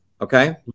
Okay